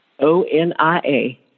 O-N-I-A